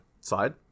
side